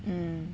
mm